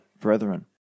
brethren